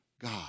God